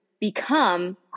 become